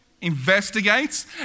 Investigates